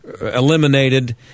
eliminated